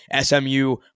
SMU